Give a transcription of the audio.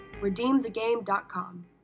redeemthegame.com